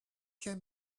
can